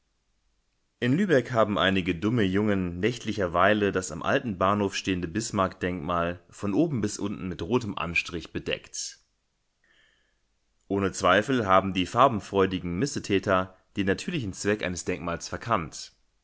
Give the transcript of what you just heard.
in lübeck haben einige dumme jungen nächtlicherweile das am alten bahnhof stehende bismarck-denkmal von oben bis unten mit rotem anstrich bedeckt ohne zweifel haben die farbenfreudigen missetäter den natürlichen zweck eines denkmals verkannt